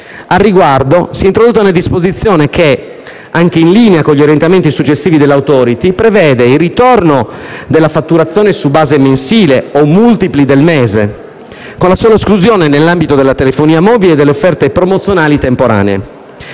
Al riguardo si è introdotta una disposizione che, anche in linea con gli orientamenti successivi dell'*Authority*, prevede il ritorno della fatturazione su base mensile (o di multipli del mese) con la sola esclusione, nell'ambito della telefonia mobile, delle offerte promozionali temporanee.